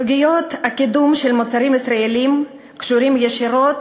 סוגיית הקידום של מוצרים ישראליים קשורה ישירות